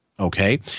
Okay